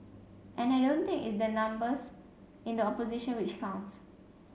and I don't think it's the numbers in the opposition which counts